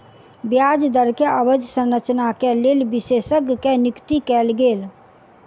ब्याज दर के अवधि संरचना के लेल विशेषज्ञ के नियुक्ति कयल गेल